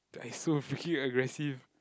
I so freaking aggressive